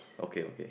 ok ok